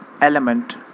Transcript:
element